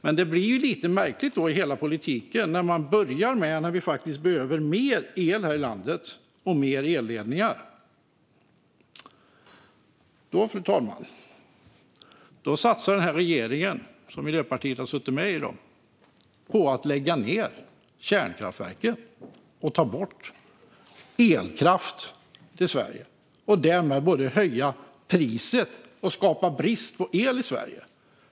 Men det blir lite märkligt i politiken när regeringen, som Miljöpartiet har suttit med i, börjar med att lägga ned kärnkraftverk och ta bort elkraft till Sverige, när vi behöver mer el och fler elledningar i landet. Därmed höjer man priset och skapar brist på el i Sverige.